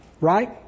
Right